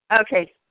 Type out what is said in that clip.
Okay